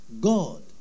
God